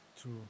true